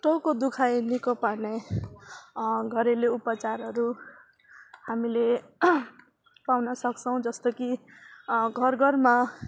टाउको दुखाइ निको पार्ने घरेलु उपचारहरू हामीले पाउन सक्छौँ जस्तो कि घर घरमा